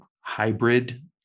hybrid